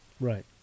Right